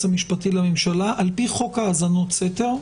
המשפטי לממשלה על פי חוק האזנות סתר,